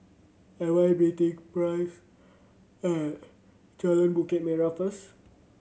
am I meeting Price at Jalan Bukit Merah first